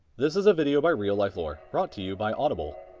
this is a video by real life lore. brought to you by audible.